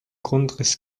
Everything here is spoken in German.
grundriss